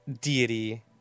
deity